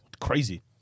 Crazy